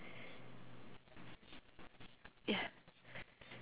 ya